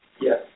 Yes